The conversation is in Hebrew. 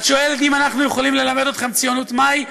את שואלת אם אנחנו יכולים ללמד אתכם ציונות מהי.